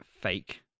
fake